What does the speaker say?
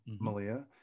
Malia